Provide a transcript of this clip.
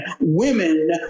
women